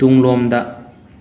ꯇꯨꯡꯂꯣꯝꯗ